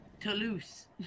Toulouse